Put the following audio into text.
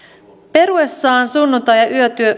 peruessaan sunnuntai ja